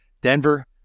Denver